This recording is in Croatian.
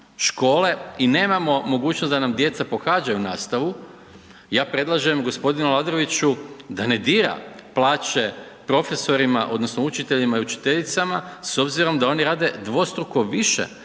škole i nemamo mogućnost da nam djeca pohađaju nastavu, ja predlažem g. Aladroviću da ne dira plaće profesorima odnosno učiteljima i učiteljicama s obzirom da oni rade dvostruko više